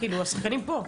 השחקנים פה.